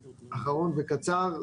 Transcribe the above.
וקצר,